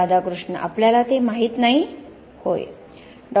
राधाकृष्ण आपल्याला ते माहीत नाही होय डॉ